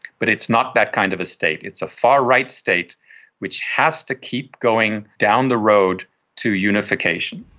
but it's not that kind of a state. it's a far right state which has to keep going down the road to unification.